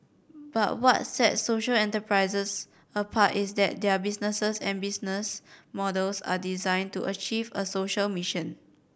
but what sets social enterprises apart is that their businesses and business models are designed to achieve a social mission